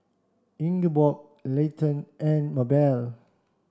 Ingeborg Leighton and Mabelle